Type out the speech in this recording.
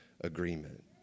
agreement